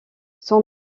son